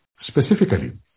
Specifically